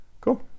Cool